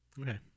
Okay